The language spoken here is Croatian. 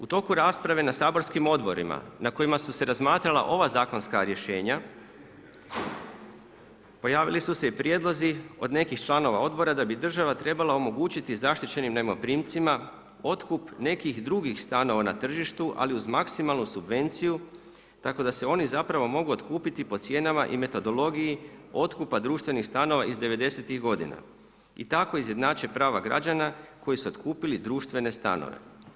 U toku rasprave na saborskim odborima na kojima su se razmatrala ova zakonska rješenja pojavili su se i prijedlozi od nekih članova odbora da bi država trebala omogućiti zaštićenim najmoprimcima otkup nekih drugih stanova na tržištu, ali uz maksimalnu subvenciju tako da se oni zapravo mogu otkupiti po cijenama i metodologiji otkupa društvenih stanova iz devedesetih godina i tako izjednače prava građana koji su otkupili društvene stanove.